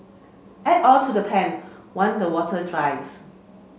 add oil to the pan one the water dries